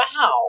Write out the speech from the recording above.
Wow